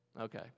Okay